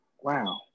Wow